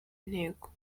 ntego